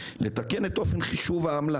לתקן את אופן חישוב העמלה